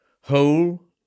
whole